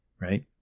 right